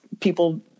people